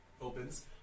opens